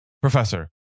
professor